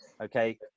okay